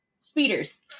speeders